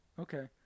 Okay